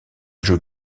jeu